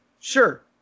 sure